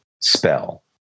spell